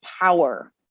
power